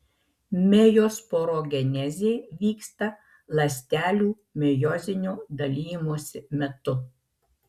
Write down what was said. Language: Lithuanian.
mejosporogenezė vyksta ląstelių mejozinio dalijimosi metu